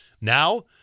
Now